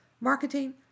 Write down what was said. marketing